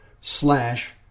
slash